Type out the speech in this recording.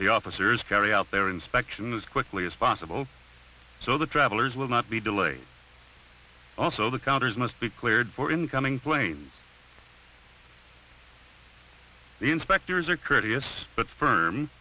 the officers carry out their inspection as quickly as possible so the travelers will not be delayed also the counters must be cleared for incoming plane the inspectors are courteous but f